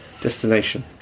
destination